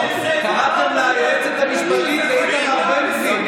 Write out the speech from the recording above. בסופו של דבר הייעוץ המשפטי של הכנסת,